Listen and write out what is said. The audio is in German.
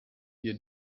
wir